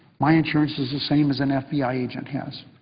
my insurance is the same as an f b i. agent has.